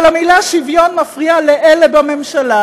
אבל המילה "שוויון" מפריעה לאלה בממשלה